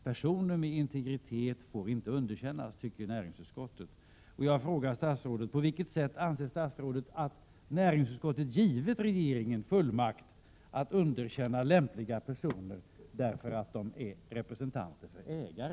Personer med integritet får inte underkännas, tycker näringsutskottet. Jag frågar statsrådet: På vilket sätt anser statsrådet att näringsutskottet har givit regeringen fullmakt att underkänna lämpliga personer, därför att de är representanter för ägare?